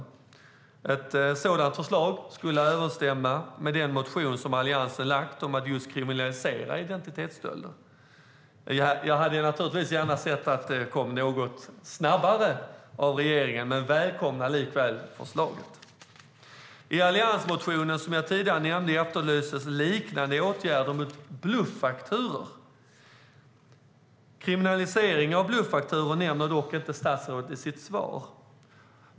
Ett sådant förslag skulle överensstämma med Alliansens motion om att kriminalisera identitetsstöld. Jag hade förstås gärna sett att det hade kommit något snabbare från regeringen, men jag välkomnar likväl förslaget. I alliansmotionen som jag nämnde efterlyses liknande åtgärder mot bluffakturor. Statsrådet nämner dock inte kriminalisering av bluffakturor i sitt svar.